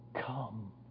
Come